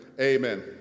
Amen